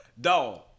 dog